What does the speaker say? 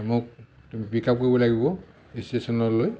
মোক তুমি pick up কৰিব লাগিব ষ্টেচনলৈ